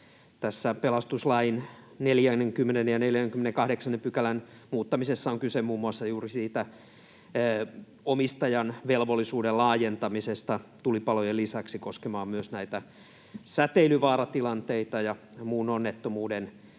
Tässä pelastuslain 40 ja 48 §:n muuttamisessa on kyse muun muassa juuri siitä omistajan velvollisuuden laajentamisesta koskemaan tulipalojen lisäksi myös näitä säteilyvaaratilanteita ja muun onnettomuuden jälkiraivausta